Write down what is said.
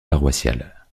paroissiale